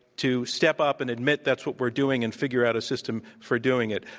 to step up and admit that's what we're doing and figure out a system for doing it.